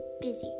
busy